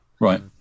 Right